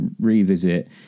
revisit